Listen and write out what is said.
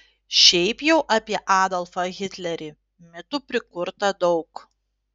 šiaip jau apie adolfą hitlerį mitų prikurta daug